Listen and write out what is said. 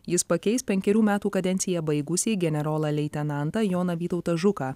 jis pakeis penkerių metų kadenciją baigusį generolą leitenantą joną vytautą žuką